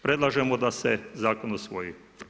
Predlažemo da se zakon usvoji.